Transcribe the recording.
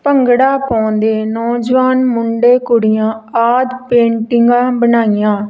ਭੰਗੜਾ ਪਾਉਂਦੇ ਨੌਜਵਾਨ ਮੁੰਡੇ ਕੁੜੀਆਂ ਆਦਿ ਪੇਂਟਿੰਗਾਂ ਬਣਾਈਆਂ